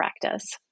practice